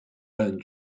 own